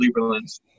Lieberland